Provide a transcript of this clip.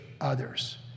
others